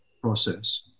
process